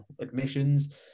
admissions